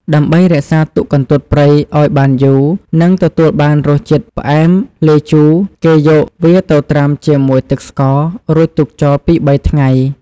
ដើម្បីរក្សាទុកកន្ទួតព្រៃឱ្យបានយូរ និងទទួលបានរសជាតិផ្អែមលាយជូរ គេយកវាទៅត្រាំជាមួយទឹកស្ករ រួចទុកចោលពីរបីថ្ងៃ។